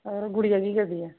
ਔਰ ਗੁੜੀਆ ਕੀ ਕਰਦੀ ਆ